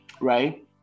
right